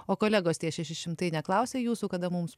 o kolegos tie šeši šimtai neklausia jūsų kada mums